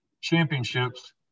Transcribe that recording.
championships